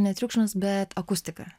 ne triukšmas bet akustika